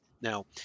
Now